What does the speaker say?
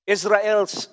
Israel's